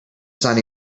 sun